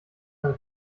eine